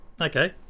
Okay